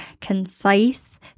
concise